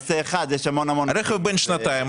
רכב בן שנתיים,